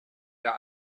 der